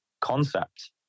concept